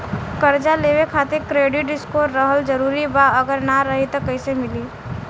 कर्जा लेवे खातिर क्रेडिट स्कोर रहल जरूरी बा अगर ना रही त कैसे मिली?